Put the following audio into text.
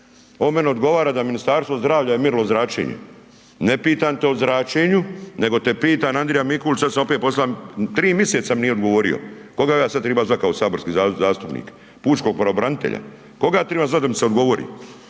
On meni odgovara da je Ministarstvo zdravlja je mirilo zračenje. Ne pitam te o zračenju nego te pitam Andrija Mikulić sada sam opet posla, tri miseca mi nije odgovorio, koga ja sada triba sada kao saborski zastupnik? Pučkog pravobranitelja? Koga trebam ja zvati da mi se odgovori?